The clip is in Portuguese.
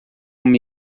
uma